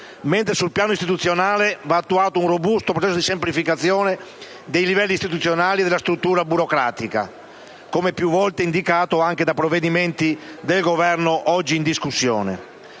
mentre sul piano istituzionale va attuato un robusto processo di semplificazione dei livelli istituzionali della struttura burocratica, come più volte indicato anche da provvedimenti del Governo oggi in discussione.